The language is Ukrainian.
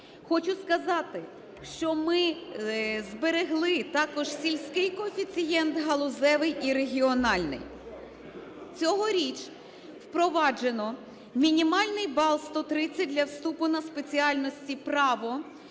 Хочу сказати, що ми зберегли також сільський коефіцієнт, галузевий і регіональний. Цьогоріч впроваджено мінімальний бал 130 для вступу на спеціальності: "Право",